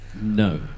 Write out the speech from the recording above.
No